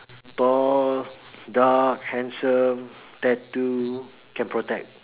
tall dark handsome tattoo can protect